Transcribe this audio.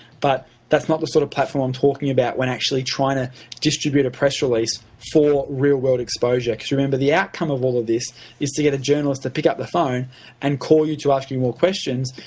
but that's not the sort of platform i'm talking about when actually trying to distribute a press release for real world exposure. because remember, the outcome of all of this is to get a journalist to pick up the phone and call you to ask you more questions,